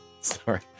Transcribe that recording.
sorry